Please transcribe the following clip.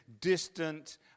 distant